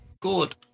Good